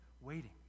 waiting